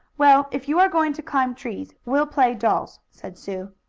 well, if you are going to climb trees, we'll play dolls, said sue.